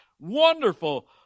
Wonderful